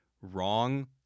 wrong